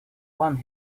want